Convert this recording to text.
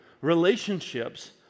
relationships